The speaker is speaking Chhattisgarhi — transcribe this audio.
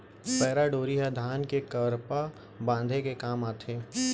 पैरा डोरी ह धान के करपा बांधे के काम आथे